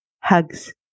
Hugs